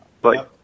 Bye